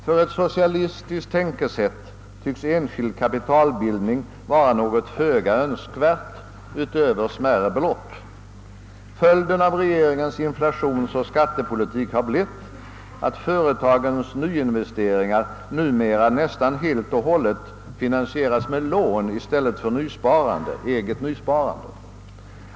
För ett socialistiskt tänkesätt tycks enskild kapitalbildning, utöver smärre belopp, vara något föga önskvärt. Följden av regeringens inflationsoch skattepolitik har blivit att företagens nyinvesteringar numera nästan helt och hållet finansieras med lån i stället för med eget nysparande.